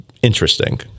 Interesting